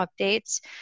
updates